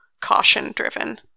caution-driven